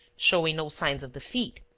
showing no signs of defeat.